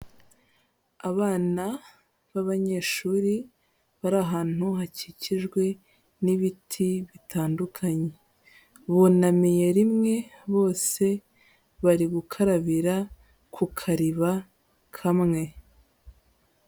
Abana b'abanyeshuri bari ahantu hakikijwe n'ibiti bitandukanye, bunamiye rimwe bose, bari gukarabira ku kariba kamwe.